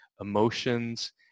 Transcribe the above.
emotions